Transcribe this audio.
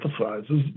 emphasizes